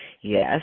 Yes